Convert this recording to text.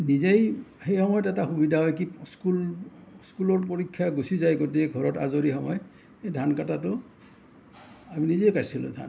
নিজেই সেই সময়ত এটা সুবিধা হয় কি স্কুল স্কুলৰ পৰীক্ষা গুচি যায় গতিকে ঘৰত আজৰি সময় এই ধান কাটাতো আমি নিজেই কাটছিলোঁ ধান